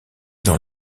dans